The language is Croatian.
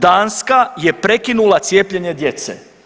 Danska je prekinula cijepljenje djece.